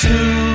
Two